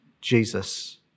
Jesus